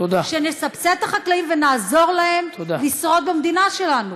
שנסבסד את החקלאים ונעזור להם לשרוד במדינה שלנו.